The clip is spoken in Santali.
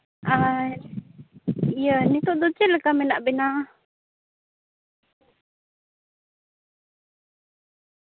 ᱟᱨ ᱤᱭᱟᱹ ᱱᱤᱛᱳᱜ ᱫᱚ ᱪᱮᱫ ᱞᱮᱠᱟ ᱢᱮᱱᱟᱜ ᱵᱮᱱᱟ